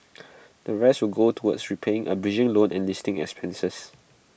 the rest will go towards repaying A bridging loan and listing expenses